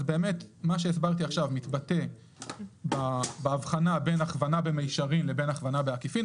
שהסברתי עכשיו מתבטא בהבחנה בין הכוונה במישרין לבין הכוונה בעקיפין.